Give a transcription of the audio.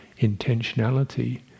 intentionality